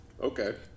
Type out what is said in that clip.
Okay